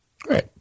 Great